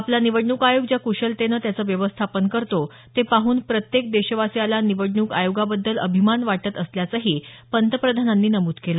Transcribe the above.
आपला निवडणूक आयोग ज्या क्शलतेनं त्याचं व्यवस्थापन करतो ते पाहून प्रत्येक देशवासीयाला निवडणूक आयोगाबद्दल अभिमान वाटत असल्याचंही पंतप्रधानांनी नमूद केलं